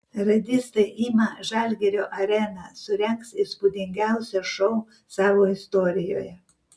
radistai ima žalgirio areną surengs įspūdingiausią šou savo istorijoje